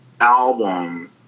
album